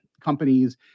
companies